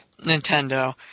Nintendo